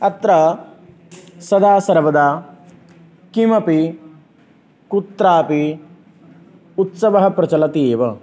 अत्र सदा सर्वदा किमपि कुत्रापि उत्सवः प्रचलत्येव